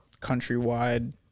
countrywide